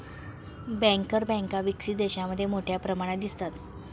banker बँका विकसित देशांमध्ये मोठ्या प्रमाणात दिसतात